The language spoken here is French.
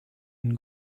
une